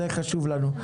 זה חשוב לנו.